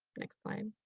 next slide.